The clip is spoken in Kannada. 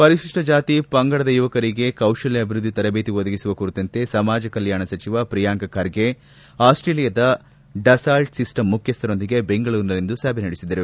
ಪರಿಶಿಷ್ಟ ಜಾತಿ ಪಂಗಡ ಯುವಕರಿಗೆ ಕೌಶಲ್ಯ ಅಭಿವೃದ್ಧಿ ತರಬೇತಿ ಒದಗಿಸುವ ಕುರಿತಂತೆ ಸಮಾಜ ಕಲ್ಯಾಣ ಸಚಿವ ಪ್ರಿಯಾಂಕ ಖರ್ಗೆ ಆಸ್ವೇಲಿಯಾದ ಡಸಾಲ್ಟ್ ಸಿಸ್ಟಮ್ ಮುಖ್ಯಸ್ಥರೊಂದಿಗೆ ಬೆಂಗಳೂರಿನಲ್ಲಿಂದು ಸಭೆ ನಡೆಸಿದರು